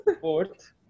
Fourth